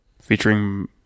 featuring